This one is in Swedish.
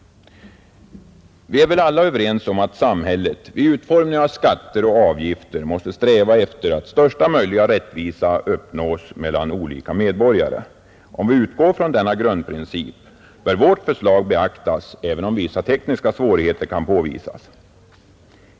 Vi är väl alla överens om att samhället vid utformning av skatter och avgifter måste sträva efter att största möjliga rättvisa uppnås mellan olika medborgare. Om vi utgår från denna grundprincip bör vårt förslag beaktas även om vissa tekniska svårigheter kan påvisas.